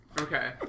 Okay